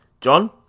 John